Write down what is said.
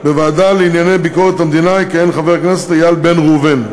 בוועדה לענייני ביקורת המדינה יכהן חבר הכנסת איל בן ראובן.